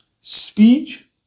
Speech